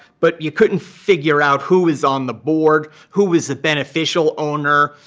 but you couldn't figure out who is on the board, who was the beneficial owner.